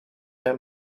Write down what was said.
and